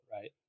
right